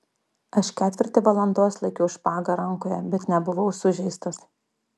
aš ketvirtį valandos laikiau špagą rankoje bet nebuvau sužeistas